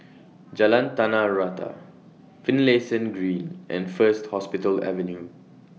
Jalan Tanah Rata Finlayson Green and First Hospital Avenue